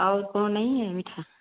और कोई नहीं है मीठा